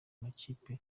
makipe